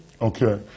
okay